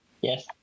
yes